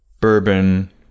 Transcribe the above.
bourbon